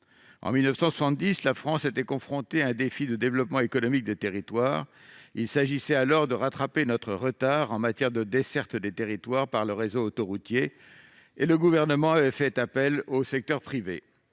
En 1970, la France était confrontée à un défi de développement économique des territoires : il s'agissait alors de « rattraper notre retard en matière de desserte des territoires par le réseau autoroutier », et le gouvernement d'alors avait fait appel au secteur privé.